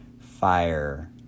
fire